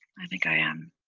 i think i am.